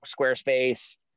Squarespace